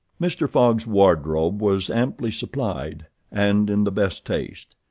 mr. fogg's wardrobe was amply supplied and in the best taste.